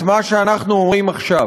את מה שאנחנו אומרים עכשיו: